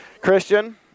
Christian